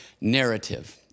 narrative